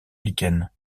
lichen